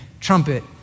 Trumpet